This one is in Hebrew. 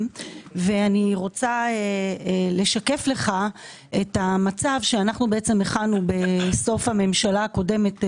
ואני רוצה לשקף לך את המצב שהכנו בסוף הממשלה הקודמת,